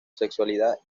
sexualidad